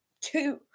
two